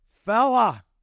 Fella